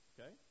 Okay